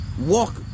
walk